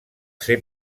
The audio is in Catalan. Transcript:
ser